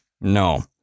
No